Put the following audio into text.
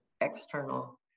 external